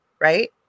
right